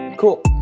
Cool